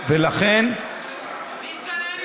ניסן, אין